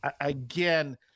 again